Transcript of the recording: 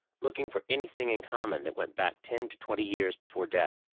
looking for anything in common that went back ten to twenty years before death.